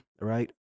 right